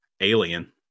alien